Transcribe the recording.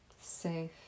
Safe